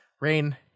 rain